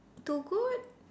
two goat